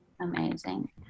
amazing